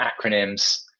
acronyms